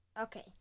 Okay